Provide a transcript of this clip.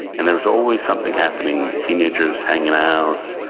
and there was always something happening, teenagers hanging out,